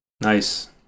Nice